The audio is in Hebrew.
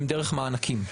הן דרך מענקים,